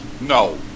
No